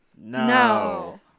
No